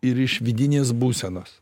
ir iš vidinės būsenos